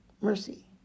mercy